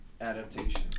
adaptation